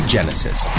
Genesis